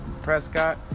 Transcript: Prescott